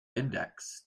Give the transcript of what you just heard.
index